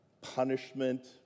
punishment